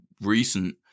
recent